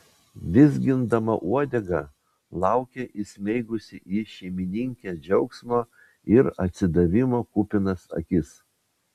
vizgindama uodegą laukė įsmeigusi į šeimininkę džiaugsmo ir atsidavimo kupinas akis